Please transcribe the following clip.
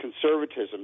conservatism